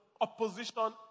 opposition